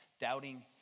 doubting